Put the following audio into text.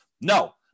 no